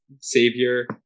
savior